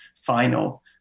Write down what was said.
final